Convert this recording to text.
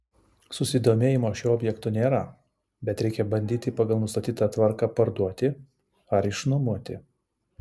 susidomėjimo šiuo objektu nėra bet reikia bandyti pagal nustatytą tvarką parduoti ar išnuomoti